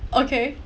okay